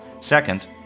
Second